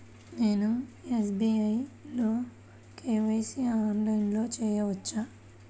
నేను ఎస్.బీ.ఐ లో కే.వై.సి ఆన్లైన్లో చేయవచ్చా?